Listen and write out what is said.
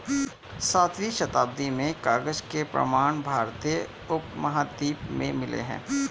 सातवीं शताब्दी में कागज के प्रमाण भारतीय उपमहाद्वीप में मिले हैं